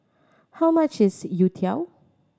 how much is youtiao